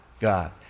God